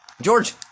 George